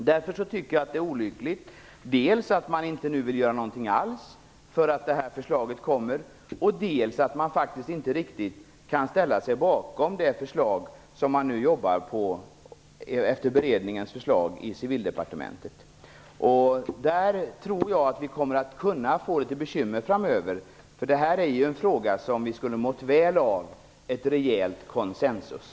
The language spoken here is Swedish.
Därför är det olyckligt dels att man inte vill göra någonting alls på grund av det kommande förslaget, dels att man inte kan ställa sig bakom det förslag som det nu inom Civildepartementet arbetas med utifrån beredningens förslag. Jag tror att vi kommer att få litet bekymmer framöver, eftersom detta är en fråga där vi skulle ha mått väl av ett rejält konsensus.